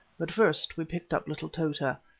but first we picked up little tota.